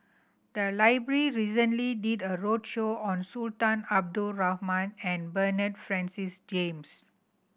the library recently did a roadshow on Sultan Abdul Rahman and Bernard Francis James